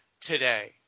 today